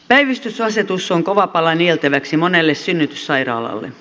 päivystysasetus on kova pala nieltäväksi monelle synnytyssairaalalle